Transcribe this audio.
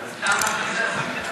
תודה.